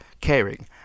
caring